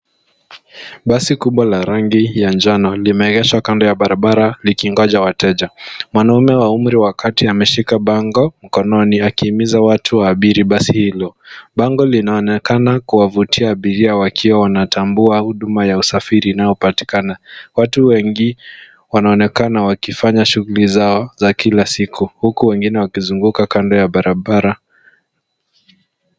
Basi kubwa la rangi ya njano limeegeshwa kando ya barabara likingoja wateja. Mwanaume wa umri wa kati ameshika bango mkononi akihimiza watu waabiri basi hilo. Bango linaonekana kuwavutia abiria wakiwa wanatambua huduma ya usafiri inayopatikana. Watu wengi wanaonekana wakifanya shughuli zao za kila siku, huku wengine wakizunguka kando ya barabara.